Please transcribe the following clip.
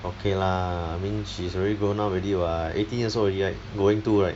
okay lah means she's already grown up already [what] eighteen years old already right going to right